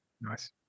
Nice